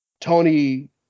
Tony